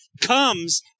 comes